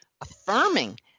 affirming